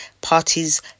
parties